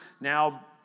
now